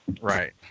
Right